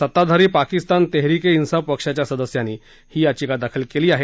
सत्ताधारी पाकिस्तान तहरीक ए इन्साफ पक्षाच्या सदस्यांनी ही याचिका दाखल केली आहे